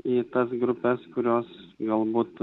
į tas grupes kurios galbūt